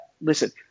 listen